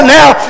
now